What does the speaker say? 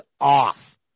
off